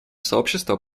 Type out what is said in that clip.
сообщество